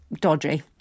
dodgy